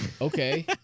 Okay